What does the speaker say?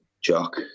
Jock